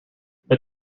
but